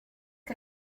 que